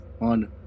on